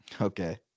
Okay